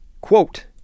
quote